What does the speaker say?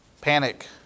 Panic